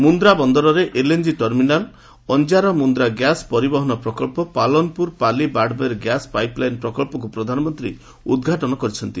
ମୁନ୍ଦ୍ରା ବନ୍ଦରରେ LNG terminal Anjar Mundra gas ପରିବହନ ପ୍ରକଳ୍ପ Palanpur Pali Barmer gas pipe line ପ୍ରକଚ୍ଚକୁ ପ୍ରଧାନମନ୍ତ୍ରୀ ଉଦ୍ଘାଟନ କରିଛନ୍ତି